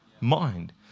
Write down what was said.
mind